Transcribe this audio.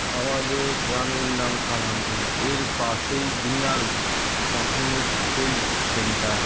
আমাদের গ্রামের নাম কামাইগেড়া এর পাশেই ডিঙ্গাল প্রাথমিক হেলথ সেন্টার